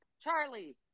Charlie